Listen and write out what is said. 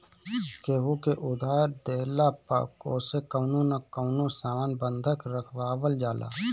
केहू के उधार देहला पअ ओसे कवनो न कवनो सामान बंधक रखवावल जाला